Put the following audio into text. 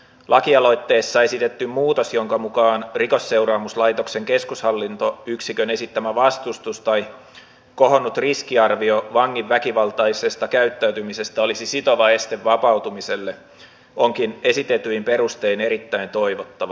lakialoitteessa esitetty muutos jonka mukaan rikosseuraamuslaitoksen keskushallintoyksikön esittämä vastustus tai kohonnut riskiarvio vangin väkivaltaisesta käyttäytymisestä olisi sitova este vapautumiselle onkin esitetyin perustein erittäin toivottava